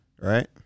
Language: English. right